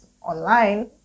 online